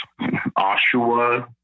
Oshawa